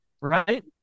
right